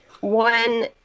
one